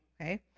Okay